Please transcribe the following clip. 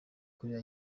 korea